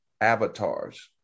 avatars